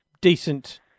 decent